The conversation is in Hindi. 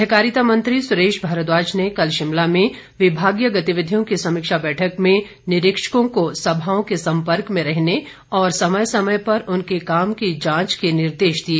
सहकारिता मंत्री सुरेश भारद्वाज ने कल शिमला में विभागीय गतिविधियों की समीक्षा बैठक में निरीक्षकों को सभाओं के संपर्क में रहने और समय समय पर उनके काम की जांच करने के निर्देश दिए